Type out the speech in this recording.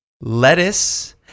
lettuce